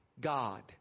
God